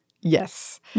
Yes